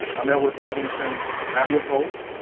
i'm elwood robinson. and i'm your host.